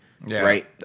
right